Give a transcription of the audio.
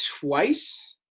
twice